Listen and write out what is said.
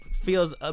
feels